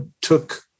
took